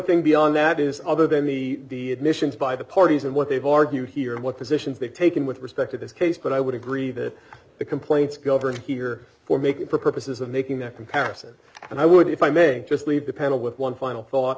thing beyond that is other than the admissions by the parties and what they've argued here and what positions they've taken with respect to this case but i would agree that the complaints governor here for making for purposes of making that comparison and i would if i may just leave the panel with one final thought